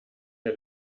der